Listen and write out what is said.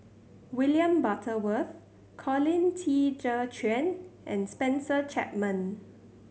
William Butterworth Colin Qi Zhe Quan and Spencer Chapman